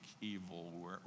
evil